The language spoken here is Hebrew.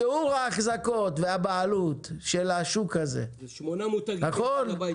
שיעור ההחזקות והבעלות של השוק הזה כן ולא.